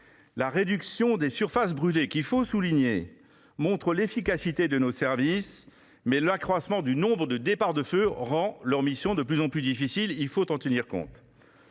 La réduction des surfaces brûlées, qu’il faut souligner, montre l’efficacité de nos services, mais l’accroissement du nombre de départs de feux rend leur mission de plus en plus difficile ; il faut en tenir compte.